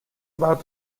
about